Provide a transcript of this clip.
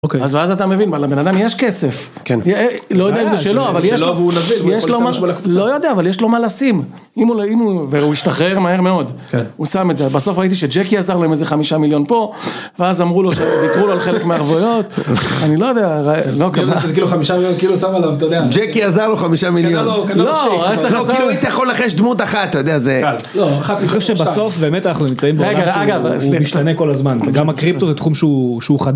אז אתה מבין על המנהגן יש כסף, לא יודע אם זה שלו, אבל יש לו משהו, לא יודע אבל יש לו מה לשים, והוא השתחרר מהר מאוד, הוא שם את זה, בסוף ראיתי שג'קי עזר להם איזה חמישה מיליון פה, ואז אמרו לו שביקרו לו על חלק מערבויות, אני לא יודע, ג'קי עזר לו חמישה מיליון, כאילו היית יכול לחש דמות אחת, אתה יודע זה, חשוב שבסוף באמת אנחנו נמצאים בו, אגב הוא משתנה כל הזמן, גם הקריפטור זה תחום שהוא חדש,